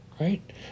right